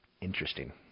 interesting